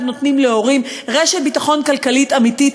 נותנים להורים רשת ביטחון כלכלית אמיתית,